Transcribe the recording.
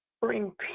Bring